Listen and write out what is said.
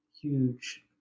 huge